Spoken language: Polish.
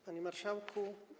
Panie Marszałku!